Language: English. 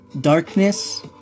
Darkness